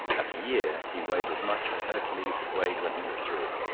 at a year he weighed as much as hercules had weighed when he was three.